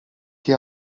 che